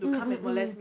mm mm mm